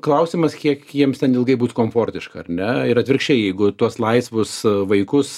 klausimas kiek jiems ten ilgai būtų komfortiška ar ne ir atvirkščiai jeigu tuos laisvus vaikus